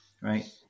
Right